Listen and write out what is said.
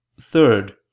Third